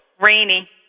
Rainy